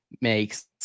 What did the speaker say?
makes